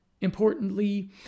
Importantly